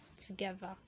together